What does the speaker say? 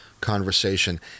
conversation